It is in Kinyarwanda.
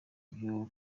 byo